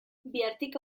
bihartik